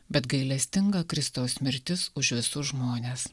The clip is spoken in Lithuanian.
bet gailestinga kristaus mirtis už visus žmones